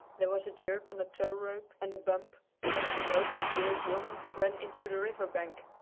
there was a jerk on the tow-rope and a bump as the nose of the old woman ran into the river-bank.